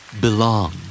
Belong